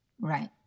Right